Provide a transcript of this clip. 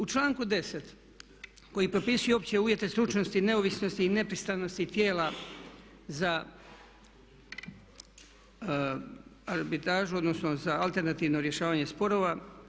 U članku 10. koji propisuje opće uvjete stručnosti i neovisnosti i nepristranosti tijela za arbitražu odnosno za alternativno rješavanje sporova.